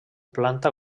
planta